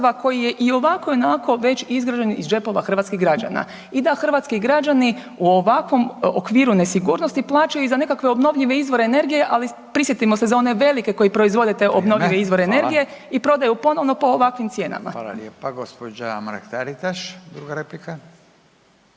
koji je i ovako i onako već izgrađen iz džepova hrvatskih građana i da hrvatski građani u ovakvom okviru nesigurnosti plaćaju i za nekakve obnovljive izvore energije, ali prisjetimo se za one velike koji proizvode te obnovljive izvore energije …/Upadica Radin: Vrijeme, hvala./… i prodaju